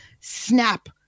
snap